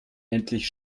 endlich